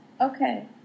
Okay